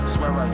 Swear